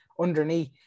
underneath